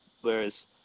Whereas